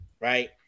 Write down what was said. right